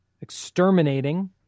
exterminating